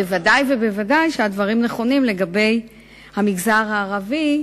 ודאי וודאי שהדברים נכונים לגבי המגזר הערבי,